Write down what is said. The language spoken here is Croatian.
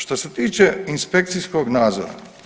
Što se tiče inspekcijskog nadzora.